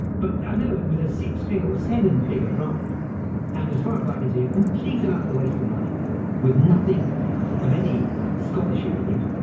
but i know it was a six figure, seven figure grant and, as far as i can see, a complete and utter waste of money with nothing of any scholarship scholarship in it.